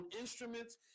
instruments